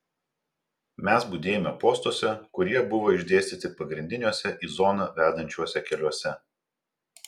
mes budėjome postuose kurie buvo išdėstyti pagrindiniuose į zoną vedančiuose keliuose